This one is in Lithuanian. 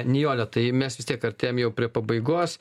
nijole tai mes vis tiek artėjam jau prie pabaigos